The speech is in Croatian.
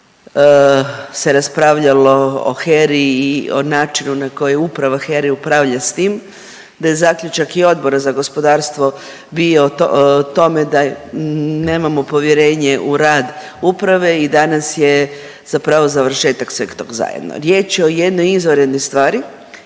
je, se raspravljalo o HERA-i i o načinu na koji uprava HERA-e upravlja s tim, da je zaključak i Odbora za gospodarstva bio o tome da nemamo povjerenje u rad uprave i danas je zapravo završetak sveg tog zajedno. Riječ je o jednoj izvanrednoj stvari,